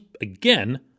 again